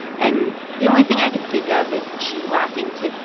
and the only thing i can think of is she's laughing to,